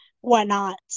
whatnot